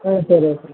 ஆ சரி ஓகேங்க